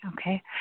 Okay